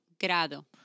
grado